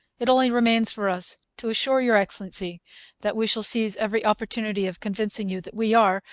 it only remains for us to assure your excellency that we shall seize every opportunity of convincing you that we are,